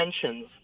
tensions